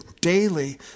daily